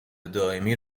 دائمی